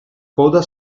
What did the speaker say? coda